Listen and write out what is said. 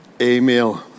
email